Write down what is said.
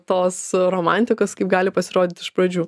tos romantikos kaip gali pasirodyt iš pradžių